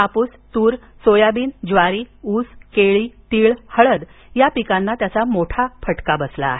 कापूस तूर सोयाबीन ज्वारी ऊस केळी तीळ हळद या पिकांना मोठा फटका बसला आहे